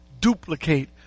duplicate